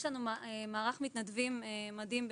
יש לנו מערך מתנדבים מדהים,